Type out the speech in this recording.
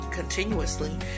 Continuously